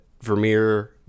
Vermeer